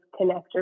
connector